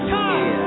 time